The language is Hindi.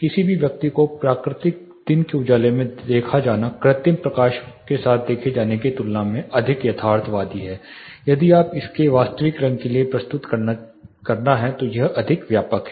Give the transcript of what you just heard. किसी भी वस्तु को प्राकृतिक दिन के उजाले में देखा जाना कृत्रिम प्रकाश के साथ देखने की तुलना में अधिक यथार्थवादी है यदि आप इसे इसके वास्तविक रंग के लिए प्रस्तुत करना है तो यह अधिक व्यापक है